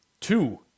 Two